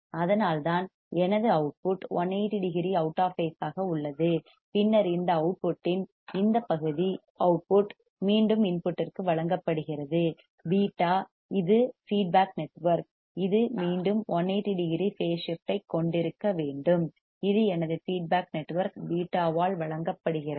அதனால்தான் எனது output 180 degree out of phase ஆக உள்ளது பின்னர் இந்த அவுட்புட்டின் இந்த பகுதி அவுட்புட் மீண்டும் இன்புட்டிற்கு வழங்கப்படுகிறது β இது ஃபீட்பேக் நெட்வொர்க் இது மீண்டும் 180 டிகிரி பேஸ் ஸிப்ட் ஐ கொண்டிருக்க வேண்டும் இது எனது ஃபீட்பேக் நெட்வொர்க் β ஆல் வழங்கப்படுகிறது